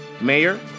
Mayor